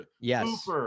Yes